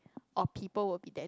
or people will be there